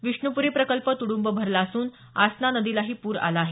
विष्णूपुरी प्रकल्प तुडूंब भरला असून आसना नदीलाही पूर आला आहे